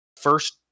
first